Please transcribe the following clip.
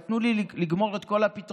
אבל תנו לי לגמור את כל הפתרונות,